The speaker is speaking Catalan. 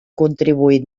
contribuït